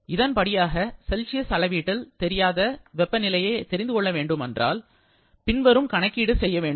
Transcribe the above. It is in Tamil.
இதன் படியாக செல்சியஸ் அளவீட்டில் தெரியாத ஒரு வெப்பநிலையை தெரிந்துகொள்ள வேண்டுமானால் பின்வரும் கணக்கீடு செய்ய வேண்டும்